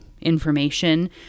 information